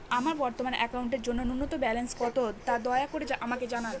আমার বর্তমান অ্যাকাউন্টের জন্য ন্যূনতম ব্যালেন্স কত, তা দয়া করে আমাকে জানান